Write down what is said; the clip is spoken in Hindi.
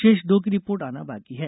शेष दो की रिपोर्ट आनी बाकी है